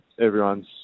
everyone's